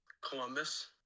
Columbus